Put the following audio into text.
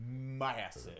massive